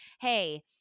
Hey